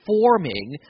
forming